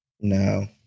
No